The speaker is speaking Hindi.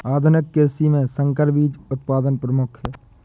आधुनिक कृषि में संकर बीज उत्पादन प्रमुख है